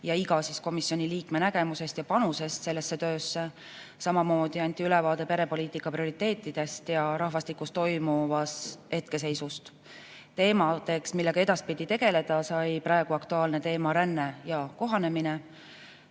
ja iga komisjoniliikme nägemusest ja panusest sellesse töösse. Samamoodi anti ülevaade perepoliitika prioriteetidest ja rahvastikus toimuva hetkeseisust. Teemadeks, millega edaspidi tegeleda, sai praegu aktuaalne rände ja kohanemise